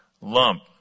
lump